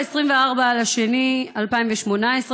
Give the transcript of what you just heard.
ב-24 בפברואר 2018,